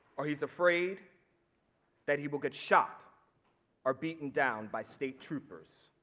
or he's afraid that he will get shot or beaten down by state troopers.